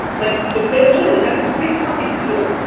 like literally, that's a big fucking deal.